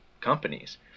companies